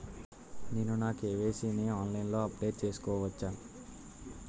నేను నా కే.వై.సీ ని ఆన్లైన్ లో అప్డేట్ చేసుకోవచ్చా?